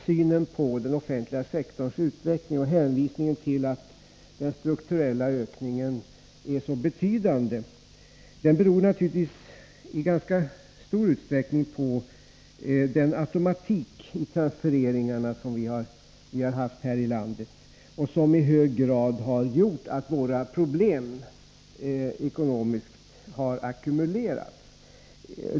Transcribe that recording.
Att den offentliga sektorns utveckling och ökningen av strukturella förändringar är så betydande beror naturligtvis i ganska stor utsträckning på den automatik i transfereringarna som vi haft här i landet och som i hög grad har gjort att våra ekonomiska problem ackumulerats.